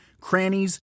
crannies